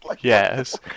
yes